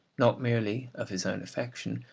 not merely of his own affection,